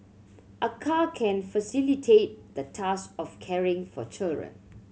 a car can facilitate the task of caring for children